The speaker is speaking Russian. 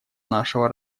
нашего